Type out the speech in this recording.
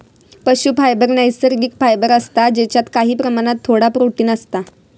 पशू फायबर नैसर्गिक फायबर असता जेच्यात काही प्रमाणात थोडा प्रोटिन असता